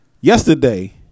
Yesterday